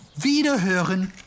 Wiederhören